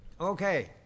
Okay